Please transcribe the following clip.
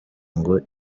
ngo